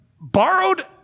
borrowed